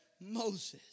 Moses